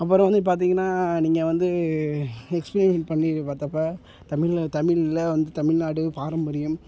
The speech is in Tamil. அப்புறம் வந்து பார்த்திங்கன்னா நீங்கள் வந்து எக்ஸ்ப்ளைன் பண்ணி பார்த்தப்ப தமிழ்ல தமிழ்ல வந்து தமிழ்நாடு பாரம்பரியம்